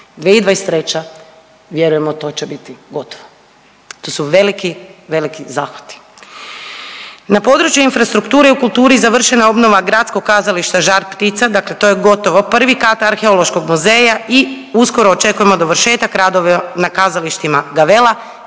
2023. vjerujemo to će biti gotovo. To su veliki, veliki zahvati. Na području infrastrukture u kulturi završena je obnova Gradskog kazališta Žar ptica, dakle to je gotovo, 1. kat Arheološkog muzeja i uskoro očekujemo dovršetak radova na kazalištima Gavela